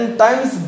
times